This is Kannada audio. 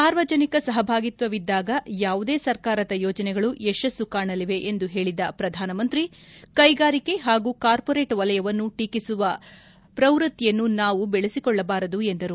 ಸಾರ್ವಜನಿಕ ಸಹಭಾಗಿತ್ವವಿದ್ದಾಗ ಯಾವುದೇ ಸರ್ಕಾರದ ಯೋಜನೆಗಳು ಯಶಸ್ಸು ಕಾಣಲಿವೆ ಎಂದು ಹೇಳಿದ ಪ್ರಧಾನಮಂತ್ರಿ ಕೈಗಾರಿಕೆ ಹಾಗೂ ಕಾರ್ಪೊರೇಟ್ ವಲಯವನ್ನು ಟೀಕಿಸುವ ಪ್ರವೃತ್ತಿಯನ್ನು ನಾವು ಬೆಳಸಿಕೊಳ್ಳಬಾರದು ಎಂದರು